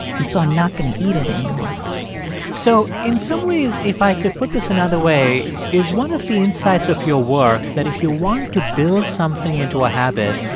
and so i'm not going to eat it anymore so in some ways, if i could put this another way, is one of the insights of your work that if you want to build something into a habit,